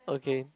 okay